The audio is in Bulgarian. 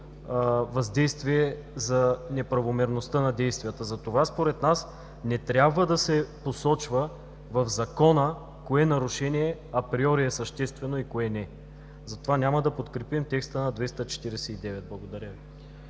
въздействие за неправомерността на действията. Затова според нас не трябва да се посочва в закона кое нарушение априори е съществено и кое не. Затова няма да подкрепим текста на 249. Благодаря Ви.